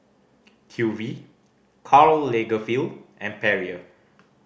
Q V Karl Lagerfeld and Perrier